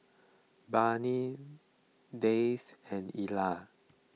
Barnie Dayse and Ela